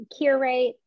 curate